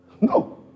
No